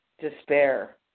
despair